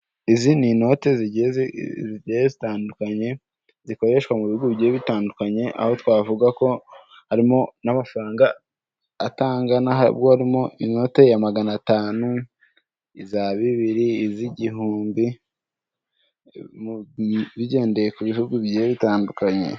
Izi ni inote zigiye zitandukanye, zikoreshwa mu bihugu bigiye bitandukanye, aho twavuga ko harimo n'amafaranga ya ya magana atanu, iza bibiri, iz'igihumbi, bigendeye ku bihugu bigiye bitandukanye.